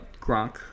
Gronk